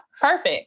Perfect